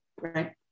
right